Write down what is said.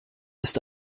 ist